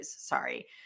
sorry